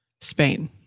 Spain